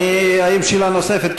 האם שאלה נוספת?